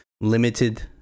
limited